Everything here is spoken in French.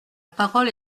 parole